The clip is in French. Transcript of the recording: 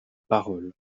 parole